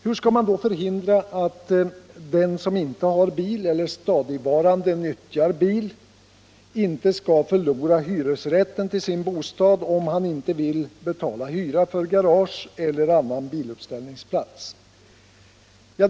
Hur skall man då förhindra att den som inte har bil eller stadigvarande nyttjar bil inte skall förlora hyresrätten till sin bostad, om han inte vill betala hyra för garage eller annan biluppställningsplats?